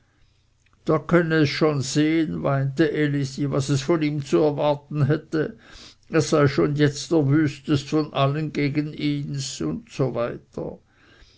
da könne es s schon sehen weinte elisi was es von ihm zu erwarten hätte er sei schon jetzt der wüstest von allen gegen ihns usw